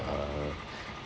uh